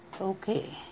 Okay